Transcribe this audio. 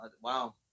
wow